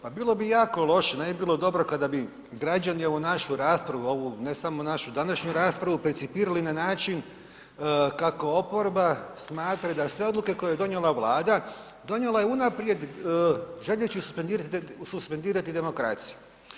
Pa bilo bi jako loše, ne bi bilo dobro kada bi građani ovu našu raspravu, ovu ne samo našu današnju raspravu percipirali na način kako oporba smatra da sve odluke koje je donijela Vlada, donijela je unaprijed želeći suspendirati demokraciju.